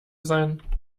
sein